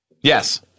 Yes